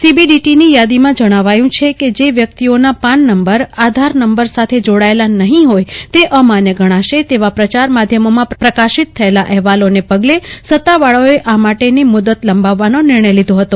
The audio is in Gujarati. સીબીડીટી ની યાદીમાં જણાવાયું છે કે જે વ્યકિતઓના પાન નંબર આધાર નંબર સાથે જોડાયેલા નહી હોય તે અમાન્ય ગણાશે તેવા પ્રસાર માધ્યમોમાં પ્રકાશિત થયેલા અહેવાલોના પગલે સત્તાવાળાઓએ આ માટેની મુદત લંબાવવાનો નિર્ણય લીધો હતો